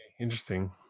interesting